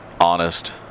honest